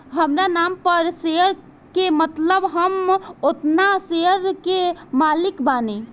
हामरा नाम पर शेयर के मतलब हम ओतना शेयर के मालिक बानी